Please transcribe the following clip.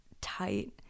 tight